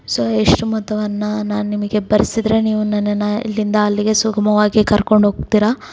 so ಎಷ್ಟು ಮೊತ್ತವನ್ನು ನಾನು ನಿಮಗೆ ಭರಿಸಿದ್ರೆ ನೀವು ನನ್ನನ್ನು ಇಲ್ಲಿಂದ ಅಲ್ಲಿಗೆ ಸುಗಮವಾಗಿ ಕರ್ಕೊಂಡೋಗ್ತೀರ